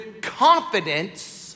confidence